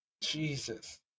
Jesus